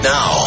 Now